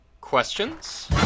questions